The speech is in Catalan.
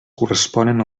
corresponen